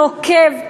נוקב,